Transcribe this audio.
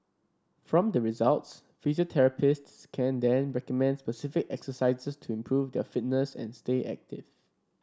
from the results physiotherapists can then recommend specific exercises to improve their fitness and stay active